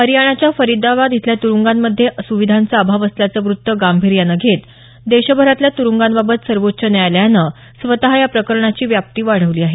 हरियाणाच्या फरीदाबाद इथल्या तुरुंगामंध्ये सुविधांचा अभाव असल्याचं वृत्त गांभीर्यानं घेत देशभरातल्या तुरुंगांबाबत सर्वोच्च न्यायालयानं स्वत याप्रकरणाची व्याप्ती वाढवली आहे